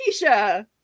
Keisha